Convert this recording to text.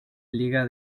liga